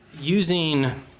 Using